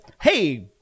hey